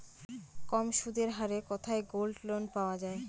কম সুদের হারে কোথায় গোল্ডলোন পাওয়া য়ায়?